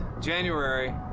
January